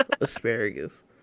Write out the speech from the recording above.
Asparagus